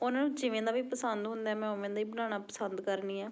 ਉਹਨਾਂ ਨੂੰ ਜਿਵੇਂ ਦਾ ਵੀ ਪਸੰਦ ਹੁੰਦਾ ਮੈਂ ਉਵੇਂ ਦਾ ਹੀ ਬਣਾਉਣਾ ਪਸੰਦ ਕਰਦੀ ਹਾਂ